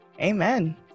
Amen